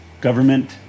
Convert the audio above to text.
Government